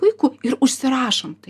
puiku ir užsirašom tai